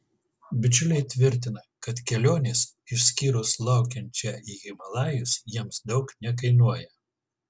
bičiuliai tvirtina kad kelionės išskyrus laukiančią į himalajus jiems daug nekainuoja